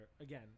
again